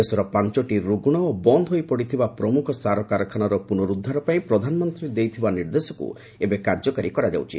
ଦେଶର ପାଞ୍ଚଟି ରୁଗଣ ଓ ବନ୍ଦ ହୋଇପଡ଼ିଥିବା ପ୍ରମୁଖ ସାର କାରଖାନାର ପୁନରୁଦ୍ଧାର ପାଇଁ ପ୍ରଧାନମନ୍ତ୍ରୀ ଦେଇଥିବା ନିର୍ଦ୍ଦେଶକୁ ଏବେ କାର୍ଯ୍ୟକାରୀ କରାଯାଉଛି